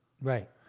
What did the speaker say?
Right